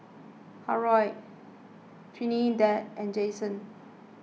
Harold Trinidad and Jensen